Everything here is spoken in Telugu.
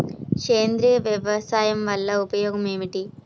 సేంద్రీయ వ్యవసాయం వల్ల ఉపయోగం ఏమిటి?